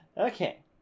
okay